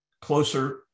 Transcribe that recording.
closer